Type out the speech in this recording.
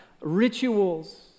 Rituals